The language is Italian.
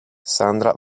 sandra